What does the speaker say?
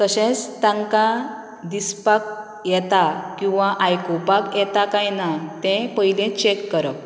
तशेंच तांकां दिसपाक येता किंवा आयकुपाक येता कांय ना तें पयले चेक करप